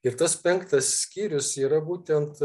ir tas penktas skyrius yra būtent